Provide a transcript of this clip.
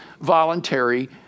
voluntary